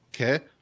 Okay